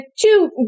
two